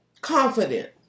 confident